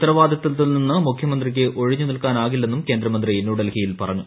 ഉത്തരവാദിത്വത്തിൽ നിന്ന് മുഖ്യമന്ത്രിയ്ക്ക് ഒഴിഞ്ഞുനിൽക്കാനാകില്ലെന്നും കേന്ദ്ര മൂന്ത്രി ന്യൂഡൽഹിയിൽ പറഞ്ഞു